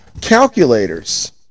Calculators